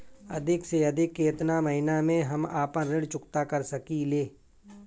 अधिक से अधिक केतना महीना में हम आपन ऋण चुकता कर सकी ले?